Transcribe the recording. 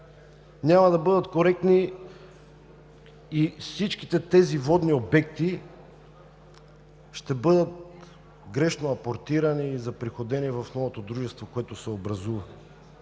Няма да бъдат коректни и всичките тези водни обекти ще бъдат грешно апортирани и заприходени в новото дружество, което се образува.